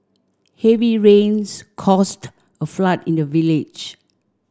heavy rains caused a flood in the village